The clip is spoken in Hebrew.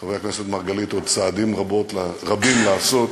חבר הכנסת מרגלית, עוד צעדים רבים לעשות